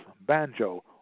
banjo